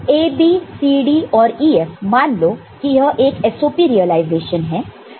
AB CD और EF मान लो कि यह एक SOP रिलाइजेशन है